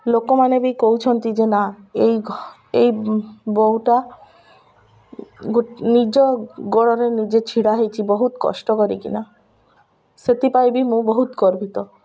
ଲୋକମାନେ ବି କହୁଛନ୍ତି ଯେ ନା ଏଇ ଘ ଏଇ ବୋହୂଟା ନିଜ ଗୋଡ଼ରେ ନିଜେ ଛିଡ଼ା ହେଇଛି ବହୁତ କଷ୍ଟ କରିକିନା ସେଥିପାଇଁ ବି ମୁଁ ବହୁତ ଗର୍ବିତ